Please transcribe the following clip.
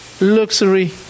luxury